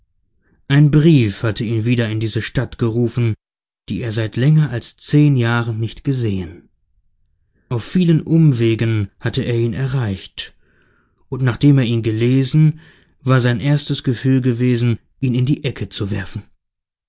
ein brief hatte ihn wieder in diese stadt gerufen die er seit länger als zehn jahren nicht gesehen auf vielen umwegen hatte er ihn erreicht und nachdem er ihn gelesen war sein erstes gefühl gewesen ihn in die ecke zu werfen